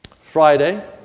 Friday